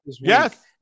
Yes